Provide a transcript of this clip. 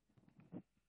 ברשותך,